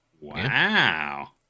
Wow